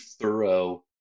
thorough